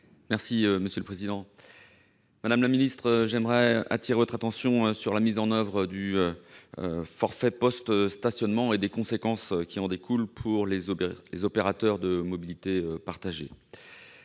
chargée des transports. Madame la secrétaire d'État, j'aimerais attirer votre attention sur la mise en oeuvre du forfait post-stationnement et des conséquences qui en découlent pour les opérateurs de mobilité partagée.